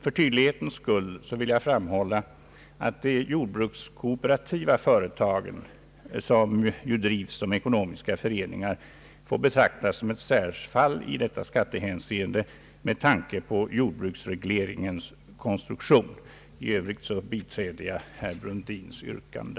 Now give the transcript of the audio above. För tydlighetens skull vill jag framhålla att de jordbrukskooperativa företagen, som ju drivs som ekonomiska föreningar, får betraktas som ett särfall i detta skattehänseende med tanke på jordbruksregleringens konstruktion. I övrigt biträder jag herr Brundins yrkande.